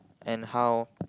and how